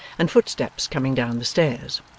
and footsteps coming down the stairs.